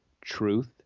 Truth